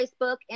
facebook